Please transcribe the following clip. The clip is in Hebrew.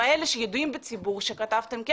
אלה שידועים בציבור שכתבתם,